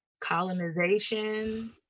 colonization